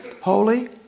holy